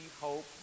Hope